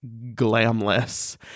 glamless